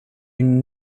une